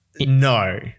No